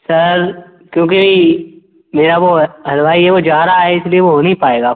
sir क्योंकि मेरा वो हलवाई है वो जा रहा है इस लिए वो हो नहीं पाएगा